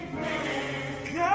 God